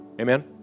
Amen